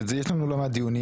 יש לנו לא מעט דיונים,